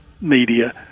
media